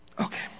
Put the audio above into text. Okay